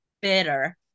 better